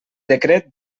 decret